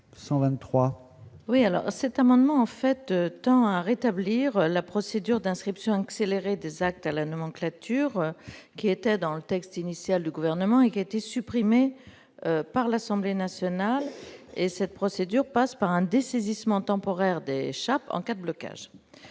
Oui alors cet amendement fait tant à rétablir la procédure d'inscription accélérée des actes la nomenclature qui était dans le texte initial du gouvernement et qui a été supprimée par l'Assemblée nationale et cette procédure passe par un dessaisissement temporaire des chapeaux en quatre blocage